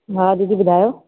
हा दीदी ॿुधायो